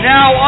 Now